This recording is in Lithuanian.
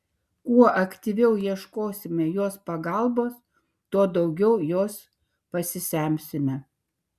kuo aktyviau ieškosime jos pagalbos tuo daugiau jos pasisemsime